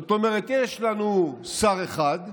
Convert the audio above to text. זאת אומרת, יש לנו שר אחד,